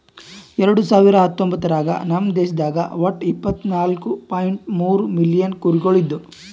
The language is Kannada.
ಎರಡು ಸಾವಿರ ಹತ್ತೊಂಬತ್ತರಾಗ ನಮ್ ದೇಶದಾಗ್ ಒಟ್ಟ ಇಪ್ಪತ್ನಾಲು ಪಾಯಿಂಟ್ ಮೂರ್ ಮಿಲಿಯನ್ ಕುರಿಗೊಳ್ ಇದ್ದು